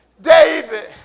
David